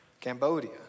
Cambodia